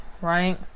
right